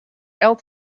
else